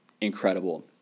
incredible